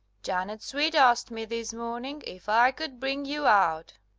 janet sweet asked me this morning if i could bring you out.